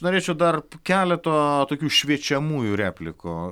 norėčiau dar keleto tokių šviečiamųjų replikų